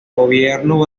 gobierno